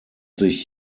sich